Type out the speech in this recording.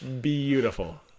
beautiful